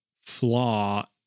flaw